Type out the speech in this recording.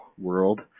world